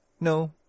No